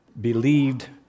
believed